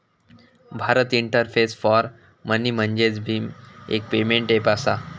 Bharat interface for money म्हणजेच भीम, एक पेमेंट ऐप असा